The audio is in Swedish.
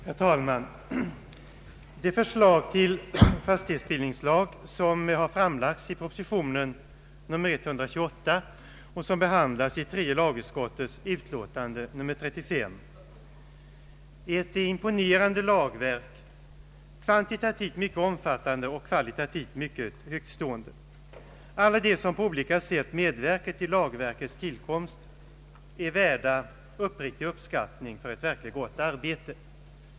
Herr talman! Det förslag till fastighetsbildningslag, som har framlagts i proposition nr 128 och som behandlas i tredje lagutskottets utlåtande nr 35, är ett imponerande lagverk, kvantitativt mycket omfattande och kvalitativt mycket högtstående. Alla de som på olika sätt medverkat till lagverkets till komst är värda uppriktig uppskattning för ett verkligt gott arbete.